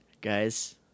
guys